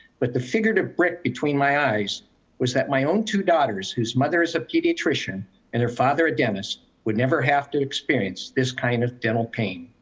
but the figurative brick between my eyes was that my own two daughters, whose mother is a pediatrician and their father a dentist would never have to experience this kind of dental pain.